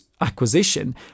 acquisition